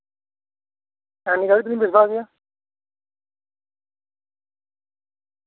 ᱦᱮᱸ ᱱᱤᱛ ᱜᱷᱟᱹᱲᱤᱡ ᱫᱚᱞᱤᱧ ᱵᱮᱥ ᱵᱟᱲᱟ ᱜᱮᱭᱟ